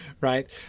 right